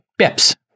bips